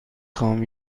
خواهم